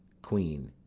queen.